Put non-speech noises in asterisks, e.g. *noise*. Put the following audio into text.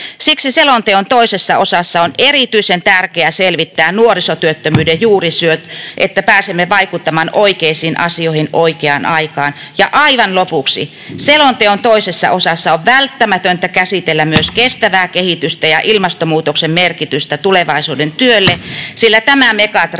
Siksi selonteon toisessa osassa on erityisen tärkeää selvittää nuorisotyöttömyyden *noise* juurisyyt, että pääsemme vaikuttamaan oikeisiin asioihin oikeaan aikaan. Ja aivan lopuksi: selonteon toisessa osassa on välttämätöntä käsitellä myös *noise* kestävää kehitystä ja ilmastonmuutoksen merkitystä tulevaisuuden työlle, sillä tämä megatrendi